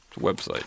website